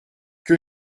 que